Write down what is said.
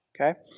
Okay